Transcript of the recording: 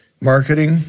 marketing